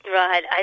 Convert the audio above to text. right